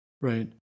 right